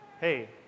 hey